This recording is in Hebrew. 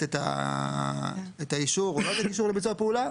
את האישור או לא לתת אישור לביצוע פעולה,